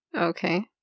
Okay